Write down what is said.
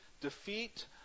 defeat